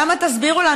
למה תסבירו לנו?